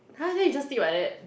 [huh] then you just sleep like that